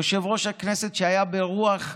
יושב-ראש הכנסת, שהיה ברוח: